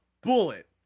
bullet